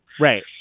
Right